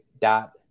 dot